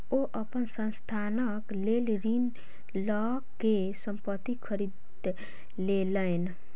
ओ अपन संस्थानक लेल ऋण लअ के संपत्ति खरीद लेलैन